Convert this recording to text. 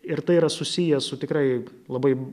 ir tai yra susiję su tikrai labai